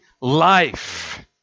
life